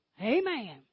Amen